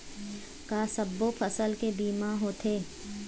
का सब्बो फसल के बीमा होथे?